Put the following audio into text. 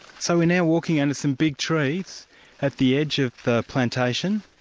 so we're now walking under some big trees at the edge of the plantation,